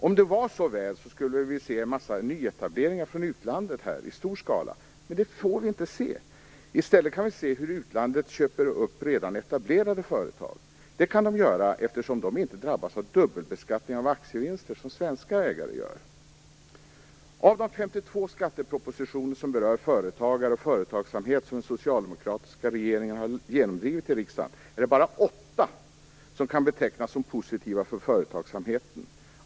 Om det var så väl, skulle vi ju här få se nyetableringar från utlandet i stor skala, men det får vi inte. I stället kan vi se hur utlandet köper upp redan etablerade företag. Det kan man där göra, eftersom man inte drabbas av dubbelbeskattning av aktievinster, som svenska ägare gör. Av de 52 skattepropositioner berörande företagare och företagsamhet som den socialdemokratiska regeringen har genomdrivit i riksdagen är det bara åtta som kan betecknas som positiva för företagsamheten.